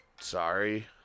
sorry